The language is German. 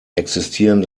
existieren